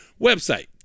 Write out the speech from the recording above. website